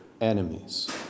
enemies